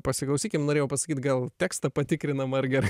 pasiklausykim norėjau pasakyt gal tekstą patikrinam ar gerai